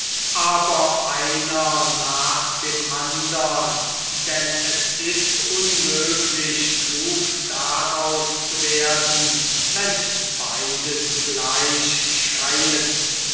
aber einer nach dem andern denn es ist unmöglich klug daraus zu werden wenn beide zugleich schreien